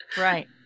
Right